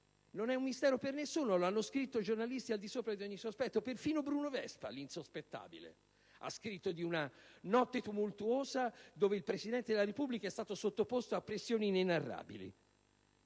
Non è un mistero per nessuno: lo hanno scritto giornalisti al di sopra di ogni sospetto e, persino, Bruno Vespa, l'insospettabile, ha scritto di una notte tumultuosa nella quale il Presidente della Repubblica è stato sottoposto a pressioni inenarrabili.